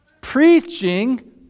preaching